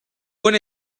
buon